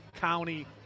county